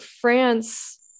France